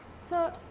so,